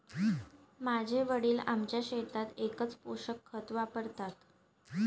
माझे वडील आमच्या शेतात एकच पोषक खत वापरतात